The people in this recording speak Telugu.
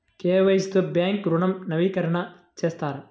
కే.వై.సి తో బ్యాంక్ ఋణం నవీకరణ చేస్తారా?